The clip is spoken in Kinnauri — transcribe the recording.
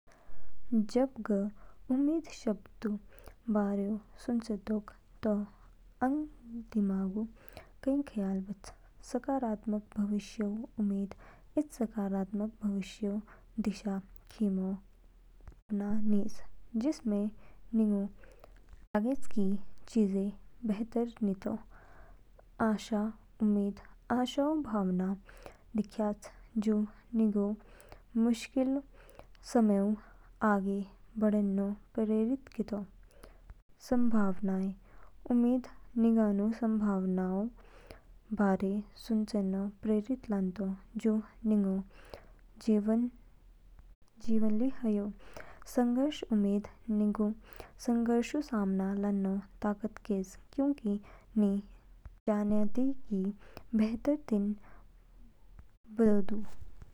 जब ग उम्मीद शब्दऊ बारो सुचेतो, दो आंग दिमागऊ कई ख्याल बच। सकारात्मक भविष्यऊ उम्मीद इद सकारात्मक भविष्यऊ दिशा खिमो भावना निज, जिसमें निगू लागेच कि चीजें बेहतर नितो। आशा उम्मीद आशाऊ भावना दिखयाच, जू निगू मुश्किल समयऊ आगे बढ़ेनो प्रेरणा केतो। संभावनाएं उम्मीद निगू संभावनाओंऊ बारे सुचेनो प्रेरित लानतो, जू निग जीवन ली हायो। संघर्ष उम्मीद निगू संघर्षोंऊ सामना लानो ताकत कैज, क्योंकि नि जनयाते कि बेहतर दिन बदोदू।